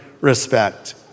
respect